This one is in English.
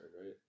right